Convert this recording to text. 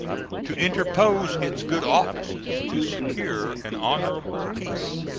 to interpose its good offices to secure an honorable peace.